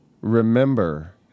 remember